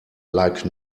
like